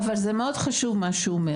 אבל זה מאוד חשוב מה שהוא אומר.